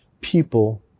people